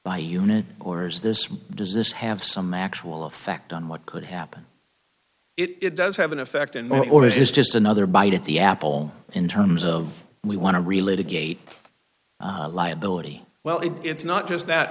by unit or is this does this have some actual effect on what could happen it does have an effect and or is this just another bite at the apple in terms of we want to relate a gate liability well it's not just that